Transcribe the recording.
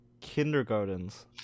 kindergartens